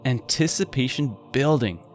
Anticipation-building